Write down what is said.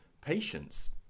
patience